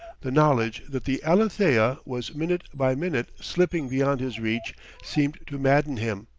the knowledge that the alethea was minute by minute slipping beyond his reach seemed to madden him.